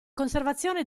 conservazione